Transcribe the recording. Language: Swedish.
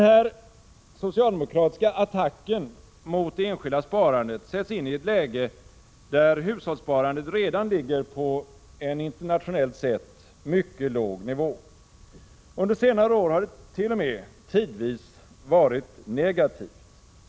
Denna socialdemokratiska attack mot det enskilda sparandet sätts in i ett läge där hushållssparandet redan ligger på en internationellt sett mycket låg nivå. Under senare år har dett.o.m. tidvis varit negativt.